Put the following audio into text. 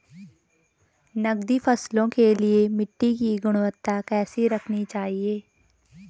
नकदी फसलों के लिए मिट्टी की गुणवत्ता कैसी रखनी चाहिए?